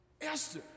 Esther